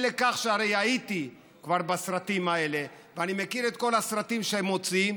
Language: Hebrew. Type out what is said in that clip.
אי-לכך שהרי כבר הייתי בסרטים האלה ואני מכיר את כל הסרטים שהם מוציאים.